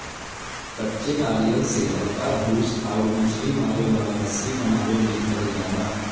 कच्चे नारियल से हल्का ब्रूस आउर मछरी मारे वाला रस्सी बनावे में करल जाला